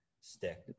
stick